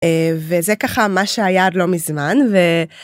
וזה ככה מה שהיה עד לא מזמן.